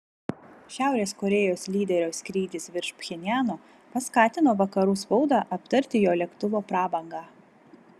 šiaurės korėjos lyderio skrydis virš pchenjano paskatino vakarų spaudą aptarti jo lėktuvo prabangą